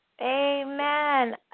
Amen